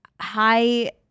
high